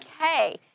Okay